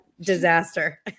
disaster